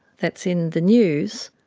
that's in the news,